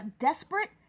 desperate